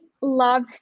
love